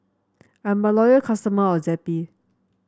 I'm a loyal customer of Zappy